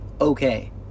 okay